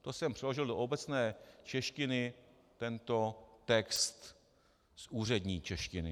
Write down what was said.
To jsem přeložil do obecné češtiny tento text z úřední češtiny.